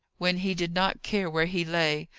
when he did not care where he lay,